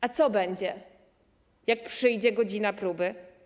A co będzie, gdy przyjdzie godzina próby?